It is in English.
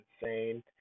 insane